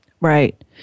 Right